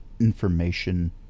information